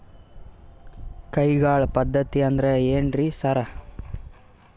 ಕೈಗಾಳ್ ಪದ್ಧತಿ ಅಂದ್ರ್ ಏನ್ರಿ ಸರ್?